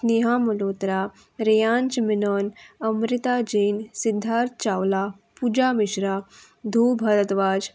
नेहा मलोत्रा रेयांश मेनोन अमृता जैन सिध्दार्थ चावला पुजा मिश्रा धू भरतवाज